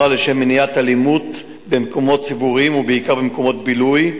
לשם מניעת אלימות במקומות ציבוריים ובעיקר במקומות בילוי,